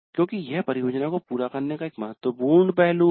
क्योंकि यह परियोजना को पूरा करने का एक महत्वपूर्ण पहलू है